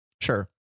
sure